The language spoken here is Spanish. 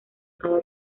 cada